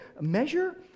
Measure